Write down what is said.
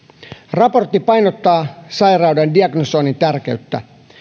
raportti painottaa sairauden diagnosoinnin tärkeyttä